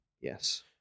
Yes